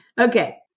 Okay